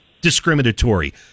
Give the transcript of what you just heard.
discriminatory